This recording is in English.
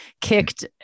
kicked